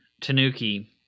Tanuki